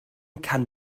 can